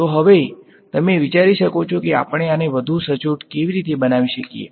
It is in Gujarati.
તો હવે તમે વિચારી શકો છો કે આપણે આને વધુ સચોટ કેવી રીતે બનાવી શકીએ